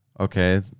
Okay